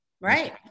Right